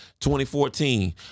2014